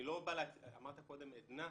אמרת קודם עדנה.